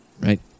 right